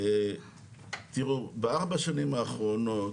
תראו, בארבע השנים האחרונות,